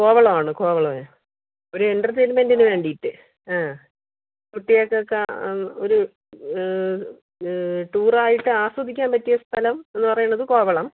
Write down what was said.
കോവളമാണ് കോവളവേ ഒര് എൻ്റർറ്റേയ്ൻമെൻറ്റിന് വേണ്ടീട്ട് ആ കുട്ടികൾകൊക്കെ ഒര് ടൂറായിട്ട് ആസ്വദിക്കാൻ പറ്റിയ സ്ഥലം എന്ന് പറയുന്നത് കോവളം